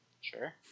Sure